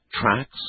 tracks